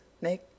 make